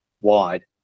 wide